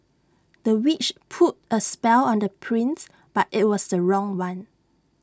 the witch put A spell on the prince but IT was the wrong one